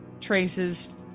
traces